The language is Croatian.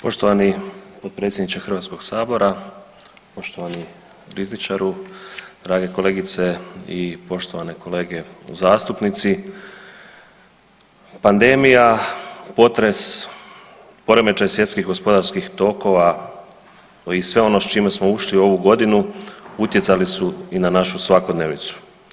Poštovani potpredsjedniče Hrvatskog sabora, poštovani rizničaru, drage kolegice i poštovane kolege zastupnici, pandemija, potres, poremećaj svjetskih gospodarskih tokova i sve ono s čime smo ušli u ovu godinu utjecali su i na našu svakodnevicu.